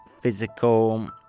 physical